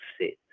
sit